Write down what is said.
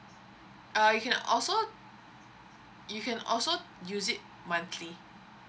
uh you can also you can also use it monthly